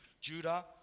Judah